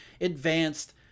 advanced